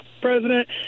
president